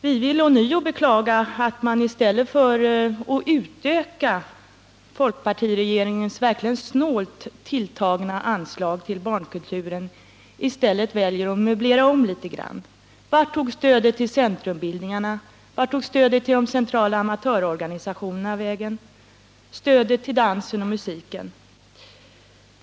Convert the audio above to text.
Vi vill ånyo beklaga att man i stället för att utöka folkpartiregeringens verkligen snålt tilltagna anslag till barnkulturen väljer att möblera om litet grand. Vart tog stödet vägen till centrumbildningarna, till de centrala amatörorganisationerna samt till dansen och musiken?